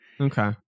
Okay